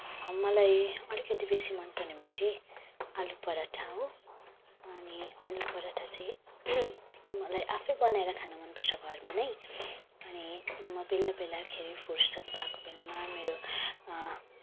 अनि मलाई अलिकति बेसी मनपर्ने भनेको चाहिँ आलुपराठा हो अनि आलुपराठा चाहिँ मलाई आफै बनाएर खान मनपर्छ घरमा नै अनि म बेला बेलाखेरि फुर्सत भएको बेलामा मेरो